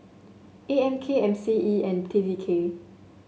A M K M C E and T T K